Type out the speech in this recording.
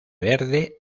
verde